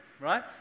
right